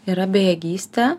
yra bejėgystė